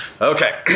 okay